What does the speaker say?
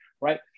right